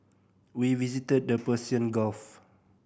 we visited the Persian Gulf